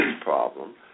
problem